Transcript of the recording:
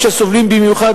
האזרחים שסובלים במיוחד,